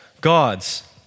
gods